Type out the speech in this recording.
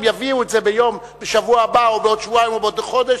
אם יביאו את זה בשבוע הבא או בעוד שבועיים או בעוד חודש,